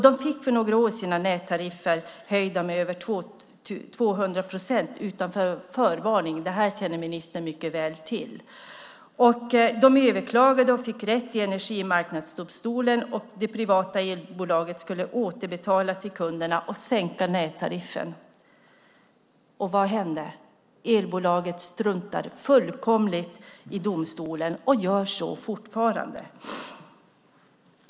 De fick för några år sedan sina nättariffer höjda med över 200 procent utan förvarning. Det här känner ministern mycket väl till. De överklagade och fick rätt i Energimarknadsdomstolen. Det privata elbolaget skulle återbetala till kunderna och sänka nättariffen. Vad hände? Elbolaget struntade fullkomligt i domstolen och gör så fortfarande.